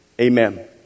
Amen